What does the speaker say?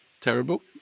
terrible